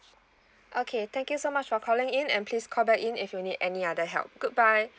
okay thank you so much for calling in and please call back in if you need any other help good bye